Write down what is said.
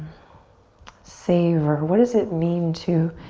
savor, what does it mean to